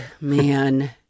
man